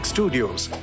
Studios